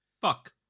Fuck